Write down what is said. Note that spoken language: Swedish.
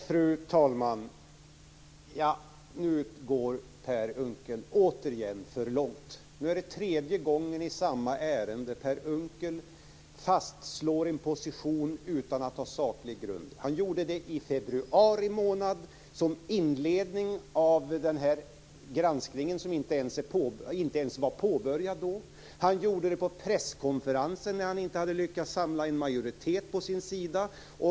Fru talman! Nu går Per Unckel återigen för långt. Nu är det tredje gången i samma ärende som Per Unckel fastslår en position utan att ha saklig grund. Han gjorde det i februari månad som inledning till den här granskningen som inte ens var påbörjad då. Han gjorde det på presskonferensen när han inte hade lyckats samla en majoritet på sin sida.